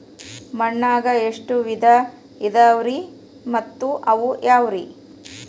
ಮಣ್ಣಾಗ ಎಷ್ಟ ವಿಧ ಇದಾವ್ರಿ ಮತ್ತ ಅವು ಯಾವ್ರೇ?